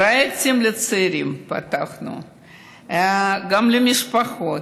פתחנו פרויקטים לצעירים, גם למשפחות.